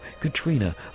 Katrina